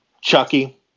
Chucky